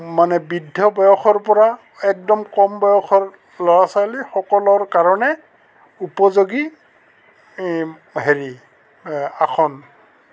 মানে বৃদ্ধ বয়সৰ পৰা একদম কম বয়সৰ ল'ৰা ছোৱালীসকলৰ কাৰণে উপযোগী হেৰি আসন